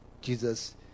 Jesus